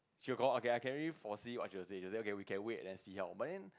she will confirm I can already foresee what she will say she said okay we can wait then see how